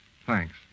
Thanks